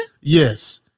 Yes